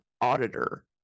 auditor